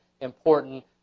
important